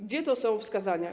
Gdzie tu są wskazania?